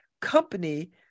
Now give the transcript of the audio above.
Company